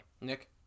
Nick